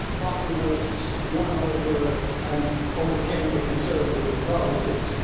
populists won over and overcame the conservative republicans.